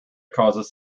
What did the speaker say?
causes